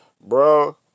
bro